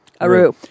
Aru